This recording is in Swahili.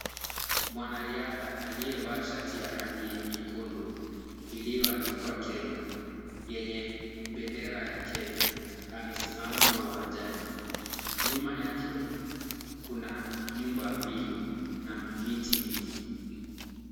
Mwanariadha aliyevaa shati ya rangi nyekundu, iliyoandikwa Kenya yenye bendera ya Kenya, amesimama uwanjani, nyuma yake kuna nyumba mbili na miti mingi.